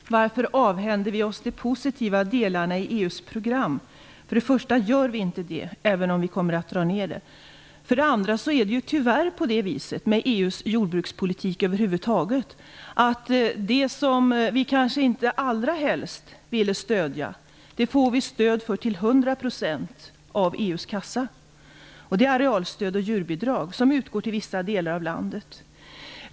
Herr talman! Dan Ericsson frågar varför vi avhänder oss de positiva delarna i EU:s program. För det första gör vi inte det, även om vi kommer att dra ner på det. För det andra är det tyvärr så med EU:s jordbrukspolitik över huvud taget, att det som vi kanske inte allra helst ville stödja får vi stöd för till hundra procent ur EU:s kassa. Det är arealstöd och djurbidrag, som utgår till vissa delar av landet.